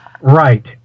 Right